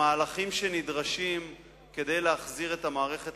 המהלכים שנדרשים כדי להחזיר את המערכת